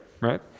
Right